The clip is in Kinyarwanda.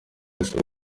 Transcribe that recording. isoko